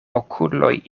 okuloj